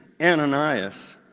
Ananias